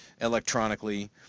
electronically